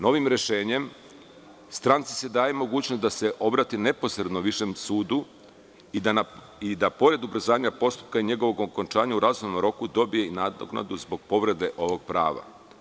Novim rešenjem stranci se daje mogućnost da se obrati neposredno višem sudu i da, pored ubrzanja postupka i njegovog okončanja, u razumnom roku dobije i nadoknadu zbog povrede ovog prava.